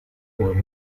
for